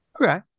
Okay